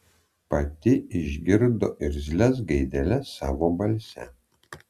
pati išgirdo irzlias gaideles savo balse